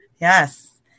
Yes